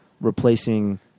replacing